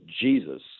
Jesus